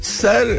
sir